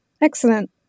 Excellent